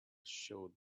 showed